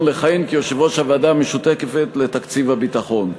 לכהן כיושב-ראש הוועדה המשותפת לתקציב הביטחון.